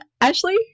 Ashley